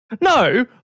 No